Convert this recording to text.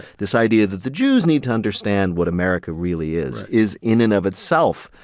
this idea that the jews need to understand what america really is is, in and of itself,